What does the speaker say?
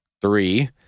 three